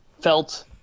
felt